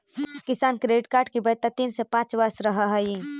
किसान credit card की वैधता तीन से पांच वर्ष रहअ हई